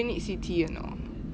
need C_T or not